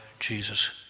Jesus